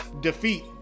defeat